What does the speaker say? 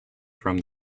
from